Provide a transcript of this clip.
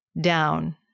down